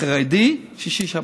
חרדי, שישי-שבת.